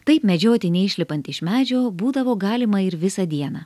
taip medžioti neišlipant iš medžio būdavo galima ir visą dieną